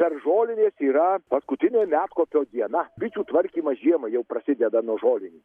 per žolines yra paskutinė medkopio diena bičių tvarkymas žiemai jau prasideda nuo žolinių